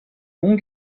mont